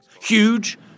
Huge